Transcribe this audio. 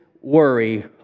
worry